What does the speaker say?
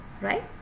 right